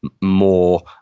More